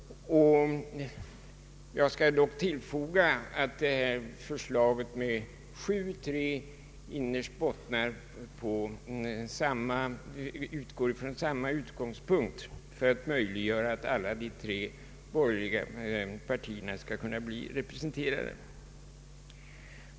Jag skall dock tillfoga att förslaget sju plus tre ytterst utgår från samma utgångspunkt för att möjliggöra att alla de borgerliga partierna skall kunna bli representerade.